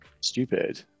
stupid